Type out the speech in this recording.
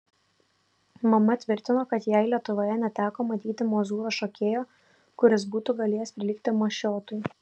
mama tvirtino kad jai lietuvoje neteko matyti mozūro šokėjo kuris būtų galėjęs prilygti mašiotui